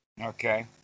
okay